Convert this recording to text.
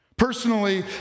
Personally